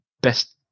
best